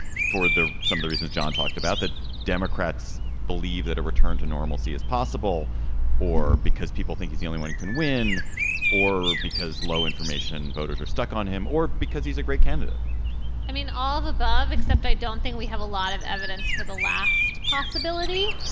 for the some of the reasons john talked about that democrats believe that a return to normalcy is possible or because people think he's the only one who can win or because low information voters are stuck on him or because he's a great candidate i mean all the above except i don't think we have a lot of evidence for the last possibility.